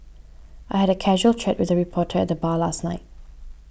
I had a casual chat with a reporter at the bar last night